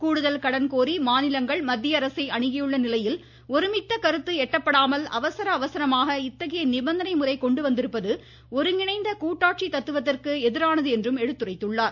கூடுதல் கடன் கோரி மாநிலங்கள் மத்திய அரசை அணுகியுள்ள நிலையில் ஒருமித்த கருத்து எட்டப்படாமல் அவசர அவசரமாக இத்தகைய நிபந்தனைமுறை கொண்டுவந்திருப்பது ஒருங்கிணைந்த கூட்டாட்சி தத்துவத்திற்கு எதிரானது என்றும் எடுத்துரைத்தார்